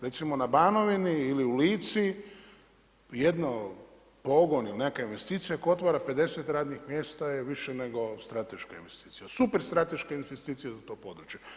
Recimo na Banovini ili u Lici jedan pogon ili neka investicija koja otvara 50 radnih mjesta je više nego strateška investicija, super strateška investicija za to područje.